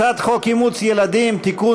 הצעת חוק אימוץ ילדים (תיקון,